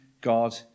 God